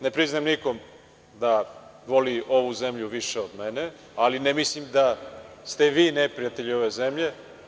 Ne priznajem nikom da voli ovu zemlju više od mene, ali ne mislim da ste vi neprijatelji ove zemlje.